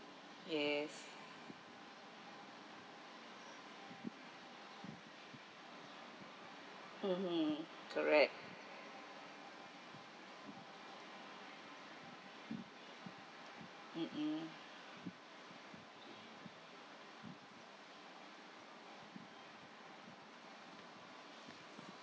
yes mmhmm correct mm